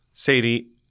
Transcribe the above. Sadie